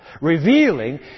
revealing